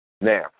Now